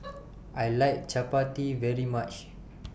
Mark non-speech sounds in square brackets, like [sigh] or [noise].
[noise] I like Chapati very much